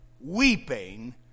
weeping